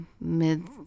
mid